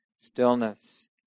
stillness